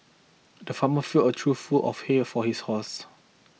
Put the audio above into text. the farmer filled a trough full of hay for his horse